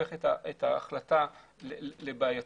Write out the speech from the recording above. הופך את ההחלטה לבעייתית.